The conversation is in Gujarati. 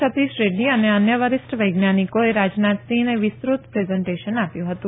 સતીશ રેડૃ અને અન્ય વરિષ્ઠ વૈજ્ઞાનિકોએ રાજનાથસિંહને વિસ્તૃત પ્રેઝન્ટેશન આપ્યું હતું